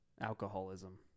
Alcoholism